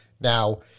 now